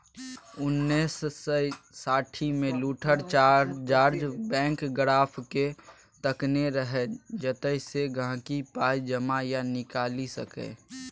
उन्नैस सय साठिमे लुथर जार्ज बैंकोग्राफकेँ तकने रहय जतयसँ गांहिकी पाइ जमा या निकालि सकै